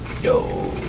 Yo